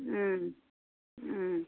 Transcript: ம் ம்